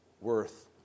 worth